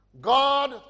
god